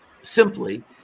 simply